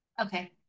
Okay